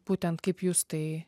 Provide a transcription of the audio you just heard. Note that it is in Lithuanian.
būtent kaip jūs tai